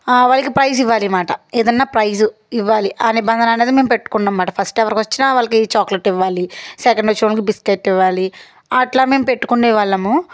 వాళ్లకి ప్రైజ్ ఇవ్వాలిమాట ఏదన్నా ప్రైజ్ ఇవ్వాలి ఆ నిబంధన అనేది మేము పెట్టుకున్నమాట ఫస్ట్ ఎవరు వచ్చినా వాళ్ళకి చాక్లెట్ ఇవ్వాలి సెకండ్ వచ్చిన వాళ్ళకి బిస్కెట్ ఇవ్వాలి అట్లా మేము పెట్టుకునే వాళ్ళము